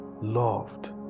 loved